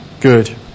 good